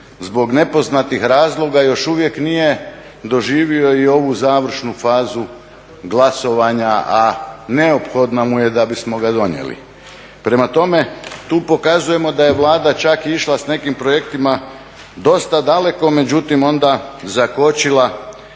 zbog nepoznatih razloga još uvijek nije doživio i ovu završnu fazu glasovanja, a neophodna mu je da bismo ga donijeli. Prema tome, tu pokazujemo da je Vlada čak išla sa nekim projektima dosta daleko, međutim onda zakočila iz